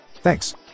Thanks